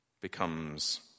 becomes